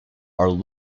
are